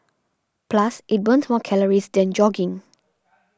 plus it burns more calories than jogging